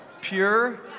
Pure